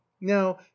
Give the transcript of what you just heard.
now